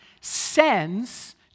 sends